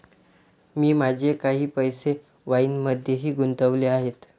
मी माझे काही पैसे वाईनमध्येही गुंतवले आहेत